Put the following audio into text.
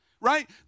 right